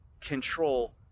control